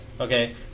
Okay